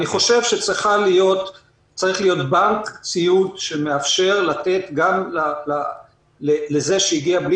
אני חושב שצריך להיות בנק ציוד שמאפשר לתת גם למי שמגיע בלי